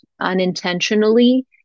unintentionally